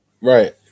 right